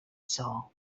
soul